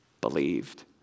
believed